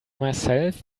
myself